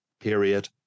Period